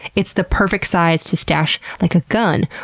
it's the perfect size to stash like a gun,